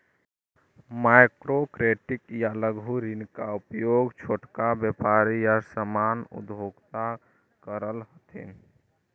micro credit या लघु ऋण के उपयोग छोटा व्यापारी या सामान्य उपभोक्ता करऽ हथिन